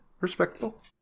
Respectful